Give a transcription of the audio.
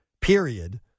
period